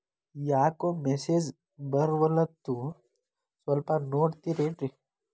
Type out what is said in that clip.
ಯಾಕೊ ಮೆಸೇಜ್ ಬರ್ವಲ್ತು ಸ್ವಲ್ಪ ನೋಡ್ತಿರೇನ್ರಿ?